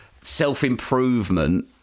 self-improvement